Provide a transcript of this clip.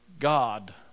God